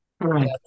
Right